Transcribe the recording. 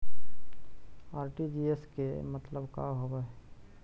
RTGS के मतलब का होव हई?